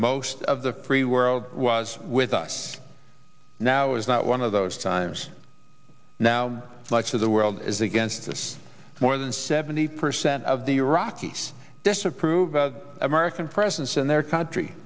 most of the free world was with us now is not one of those times now much of the world is against us more than seventy percent of the rockies disapprove of american presence in their country